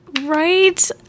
Right